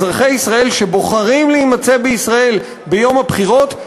אזרחי ישראל שבוחרים להימצא בישראל ביום הבחירות,